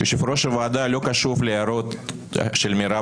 יושב-ראש הוועדה לא קשוב להערות של מרב